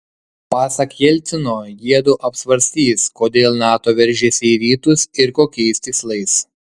pasak jelcino jiedu apsvarstys kodėl nato veržiasi į rytus ir kokiais tikslais